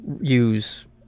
use